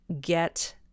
get